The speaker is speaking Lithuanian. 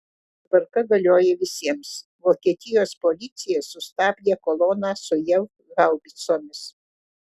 tvarka galioja visiems vokietijos policija sustabdė koloną su jav haubicomis